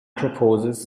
proposes